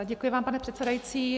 Děkuji vám, pane předsedající.